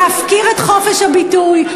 להפקיר את חופש הביטוי.